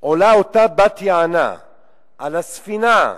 עולה אותה בת-יענה על הספינה,